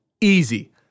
easy